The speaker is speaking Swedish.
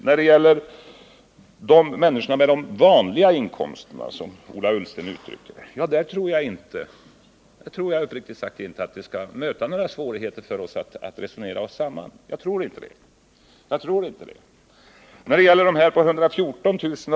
När det gäller människor med ”vanliga inkomster”, som Ola Ullsten uttryckte det, tror jag uppriktigt sagt att det inte skall möta några svårigheter för oss att resonera oss samman. När det gäller människor med inkomster på 114 000 kr.